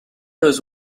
does